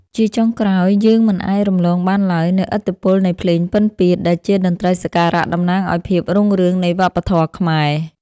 ជាចុងក្រោយ យើងមិនអាចរំលងបានឡើយនូវឥទ្ធិពលនៃភ្លេងពិណពាទ្យ ដែលជាតន្ត្រីសក្ការៈតំណាងឱ្យភាពរុងរឿងនៃវប្បធម៌ខ្មែរ។